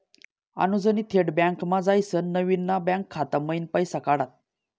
अनुजनी थेट बँकमा जायसीन नवीन ना बँक खाता मयीन पैसा काढात